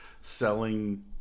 selling